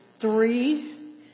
three